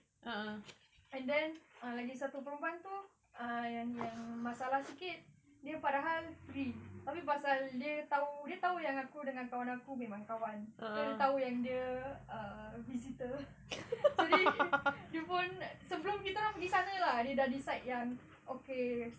and then lagi satu perempuan tu ah yang masalah sikit dia padahal free tapi pasal dia tahu dia tahu yang aku dengan kawan aku memang kawan mungkin dia tahu dia err visitor sorry dia pun sebelum kita orang pergi sana lah dia dah decide yang okay